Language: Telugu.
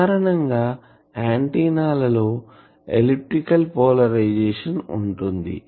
సాధారణంగా ఆంటిన్నా లలో ఎలిప్టికల్ పోలరైజేషన్ ఉంటుంది